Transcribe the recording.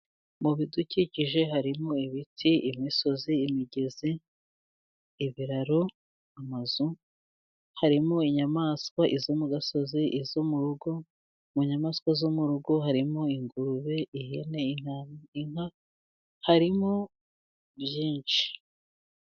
Mu bidukikije harimo: ibiti, imisozi, imigezi, ibiraro, amazu. Harimo inyamaswazo mu gasozi, izo mu rugo. Mu nyamaswa zo mu rugo harimo: ingurube, ihene, inka, harimo byinshi.